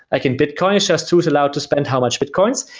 like in bitcoin it just who is allowed to spend how much bitcoins.